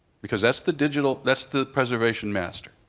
because that's the digital, that's the preservation master.